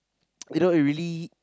you know it really